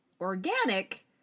organic